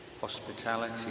Hospitality